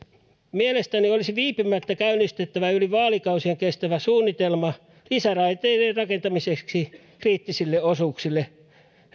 mielestäni olisi viipymättä käynnistettävä yli vaalikausien kestävä suunnitelma lisäraiteiden rakentamiseksi kriittisille osuuksille